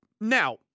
Now